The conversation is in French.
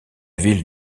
ville